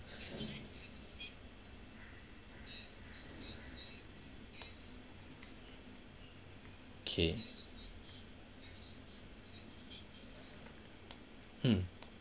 okay mm